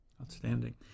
Outstanding